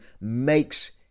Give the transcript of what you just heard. makes